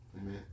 Amen